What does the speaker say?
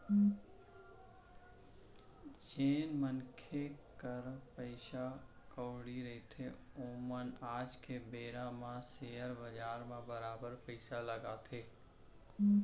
जेन मनखे करा पइसा कउड़ी रहिथे ओमन आज के बेरा म सेयर बजार म बरोबर पइसा लगाथे